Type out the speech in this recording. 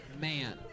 Man